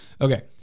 Okay